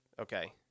Okay